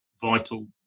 vital